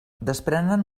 desprenen